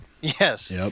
yes